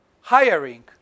hiring